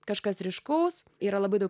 kažkas ryškaus yra labai daug